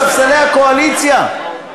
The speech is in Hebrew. ספסלי הקואליציה,